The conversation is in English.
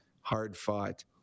hard-fought